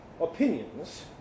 opinions